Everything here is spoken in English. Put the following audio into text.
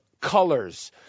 colors